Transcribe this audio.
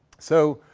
so